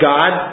God